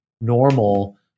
normal